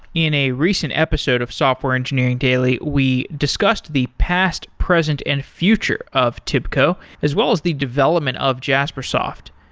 in a recent episode of software engineering daily, we discussed the past, present and future of tibco, as well as the development of jaspersoft.